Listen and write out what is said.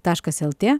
taškas lt